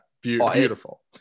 beautiful